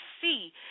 see